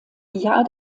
jahr